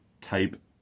type